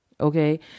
Okay